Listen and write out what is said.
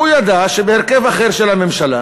הוא ידע שבהרכב אחר של הממשלה